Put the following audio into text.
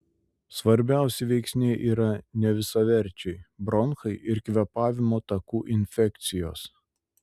svarbiausi veiksniai yra nevisaverčiai bronchai ir kvėpavimo takų infekcijos